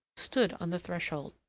stood on the threshold.